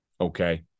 okay